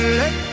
let